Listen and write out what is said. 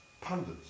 pundits